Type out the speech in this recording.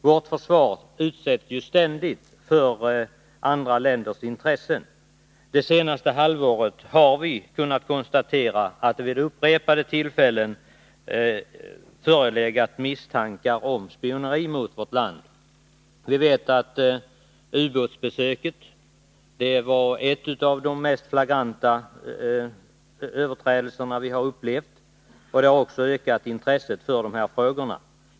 Vårt försvar utsätts ständigt för andra länders intresse. Under det senaste halvåret har vi kunnat konstatera att det vid upprepade tillfällen förelegat misstankar om spioneri mot vårt land. Ubåtsaffären är en av de mest flagranta överträdelser vi har upplevt, och den har också ökat intresset för de här frågorna.